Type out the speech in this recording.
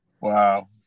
Wow